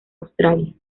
australia